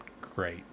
great